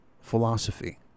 philosophy